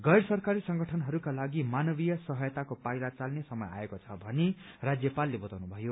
गैर सरकारी संगठनहरूका लागि मानवीय सहायताको पाइला चाल्ने समय आएको छ भनी राज्यपालले बताउनु भयो